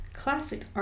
classic